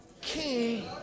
king